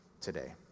today